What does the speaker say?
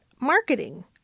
marketing